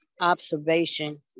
observation